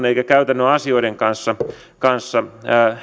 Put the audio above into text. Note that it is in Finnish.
eikä käytännön asioiden kanssa kanssa